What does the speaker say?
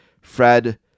Fred